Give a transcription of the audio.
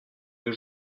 les